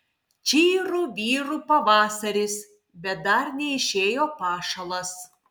čyru vyru pavasaris bet dar neišėjo pašalas